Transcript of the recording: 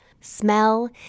smell